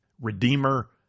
Redeemer